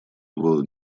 его